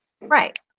Right